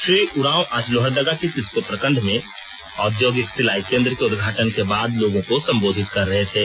श्री उराव आज लोहरदगा के किस्को प्रखंड मे औद्योगिक सिलाई केंद्र के उदघाटन के बाद लोगों को सम्बोधित कर रहे थे